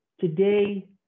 Today